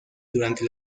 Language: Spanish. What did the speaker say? durante